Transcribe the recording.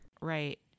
Right